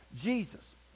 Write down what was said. Jesus